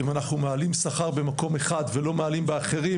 אם אנחנו מעלים שכר במקום אחד ולא מעלים באחרים,